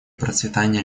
процветания